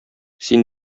син